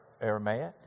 Aramaic